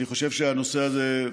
אני חושב שהנושא הזה,